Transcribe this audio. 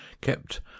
kept